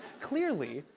clearly,